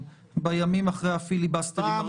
בימים אחרי הפיליבסטרים הראשונים.